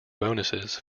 bonuses